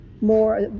more